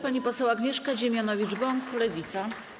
Pani poseł Agnieszka Dziemianowicz-Bąk, Lewica.